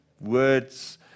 words